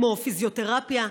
כמו פיזיותרפיה,